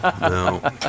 No